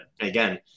again